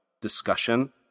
discussion